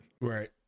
Right